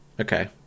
Okay